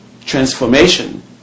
transformation